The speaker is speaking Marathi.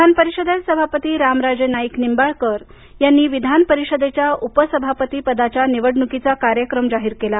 विधान परिषदेत सभापती रामराजे नाईक निंबाळकर यांनी विधानपरिषदेच्या उपसभापती पदाच्या निवडणुकीचा कार्यक्रम जाहीर केला